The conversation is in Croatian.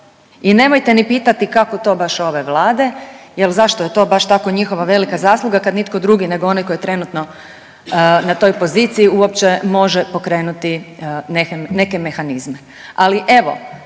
i nemojte ni pitati kako to baš ove Vlade jel zašto je to baš tako njihova velika zasluga kad nitko drugi nego onaj koji je trenutno na toj poziciji uopće može pokrenuti neke mehanizme. Ali evo